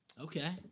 Okay